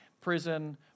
prison